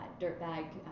dirtbag